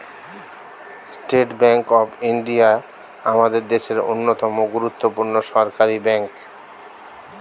state bank of India আমাদের দেশের অন্যতম গুরুত্বপূর্ণ সরকারি ব্যাঙ্ক